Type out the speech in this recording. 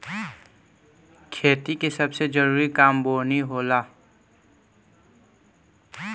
खेती के सबसे जरूरी काम बोअनी होला